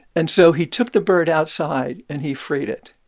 and so he took the bird outside and he freed it.